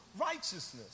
righteousness